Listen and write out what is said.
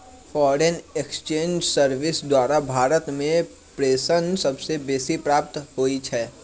foreign exchange service द्वारा भारत में प्रेषण सबसे बेसी प्राप्त होई छै